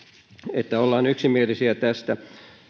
että ollaan yksimielisiä tästä